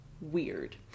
weird